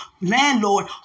landlord